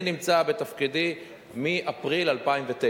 אני נמצא בתפקידי מאפריל 2009,